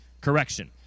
correction